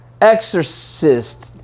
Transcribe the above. exorcist